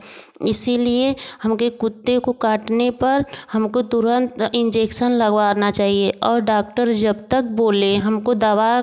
इसीलिए हमें कुत्ते के काटने पर हमको तुरंत इंजेक्सन लगवाना चहिए और डॉक्टर जब तक बोले हमको दवा